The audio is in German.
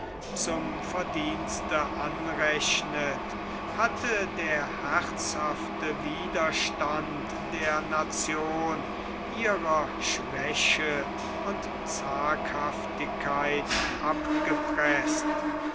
zum verdienste anrechnet hatte der herzhafte widerstand der nation ihrer schwäche und zaghaftigkeit abgepreßt